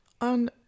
on